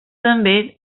també